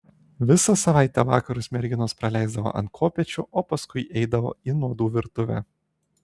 visą savaitę vakarus merginos praleisdavo ant kopėčių o paskui eidavo į nuodų virtuvę